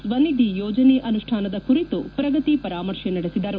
ಸ್ವನಿಧಿ ಯೋಜನೆ ಅನುಷ್ಠಾನದ ಕುರಿತು ಪ್ರಗತಿ ಪರಾಮರ್ಶೆ ನಡೆಸಿದರು